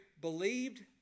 believed